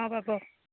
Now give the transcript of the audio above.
অঁ পাব